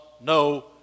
no